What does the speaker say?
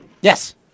Yes